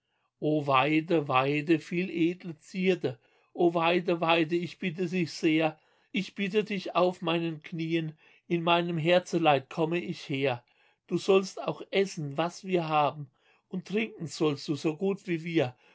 weide weide vieledle zierde o weide weide ich bitte dich sehr ich bitte dich auf meinen knieen in meinem herzeleid komme ich her du sollst auch essen was wir haben und trinken sollst du so gut wie wir